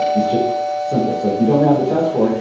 it's just simple. so if you don't have the test for it,